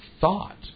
thought